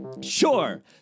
sure